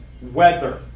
weather